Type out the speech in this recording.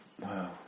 wow